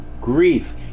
grief